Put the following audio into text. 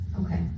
Okay